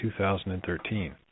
2013